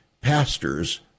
pastors